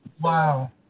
Wow